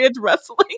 wrestling